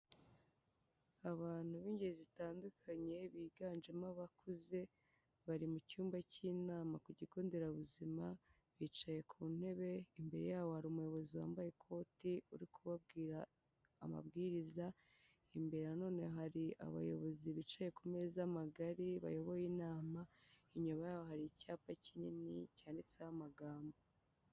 Abantu b'ingeri zitandukanye biganjemo abakuze, bari mu cyumba cy'inama ku kigo nderabuzima bicaye ku ntebe, imbere yabo hari umuyobozi wambaye ikoti uri kubabwira amabwiriza, imbere nanone hari abayobozi bicaye ku meza magare bayoboye inama, inyuma yaho hari icyapa kinini cyanditseho amagambo.